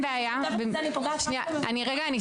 אם מסדירים.